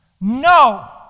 No